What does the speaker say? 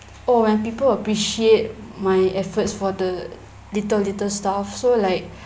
oh when people appreciate my efforts for the little little stuff so like